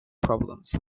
problems